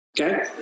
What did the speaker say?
okay